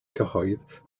cyhoedd